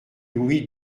louis